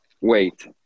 wait